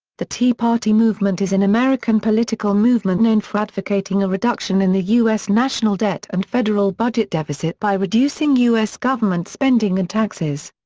the tea party movement is an american political movement known for advocating a reduction in the u s. national debt and federal budget deficit by reducing u s. government spending and taxes.